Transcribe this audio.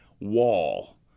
wall